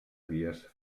vies